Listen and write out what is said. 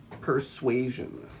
persuasion